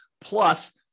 plus